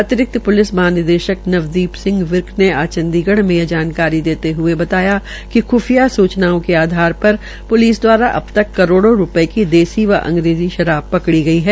अतिरिक्त प्लिस महानिदेशक नवदीप सिंह ने आज चंडीगढ़ में यह जानकारी देते हये बताया कि खुफिया सूचना के आधार पर प्लिस द्वारा अब तक करोड़ रूपये की देसी व अंग्रेजी शराब पकड़ी गई है